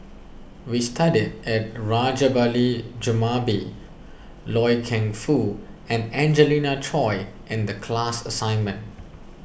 we studied at Rajabali Jumabhoy Loy Keng Foo and Angelina Choy in the class assignment